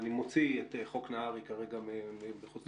ואני מוציא את חוק נהרי כרגע מחוץ לזה